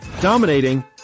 dominating